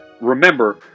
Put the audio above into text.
remember